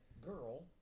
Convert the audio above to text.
girl